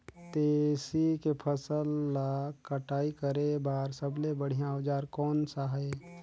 तेसी के फसल ला कटाई करे बार सबले बढ़िया औजार कोन सा हे?